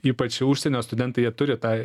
ypač užsienio studentai jie turi tą